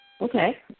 Okay